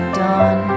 dawn